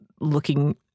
looking